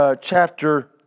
chapter